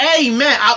Amen